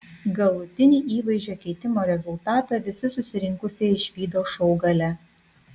galutinį įvaizdžio keitimo rezultatą visi susirinkusieji išvydo šou gale